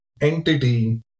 entity